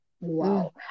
Wow